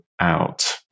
Out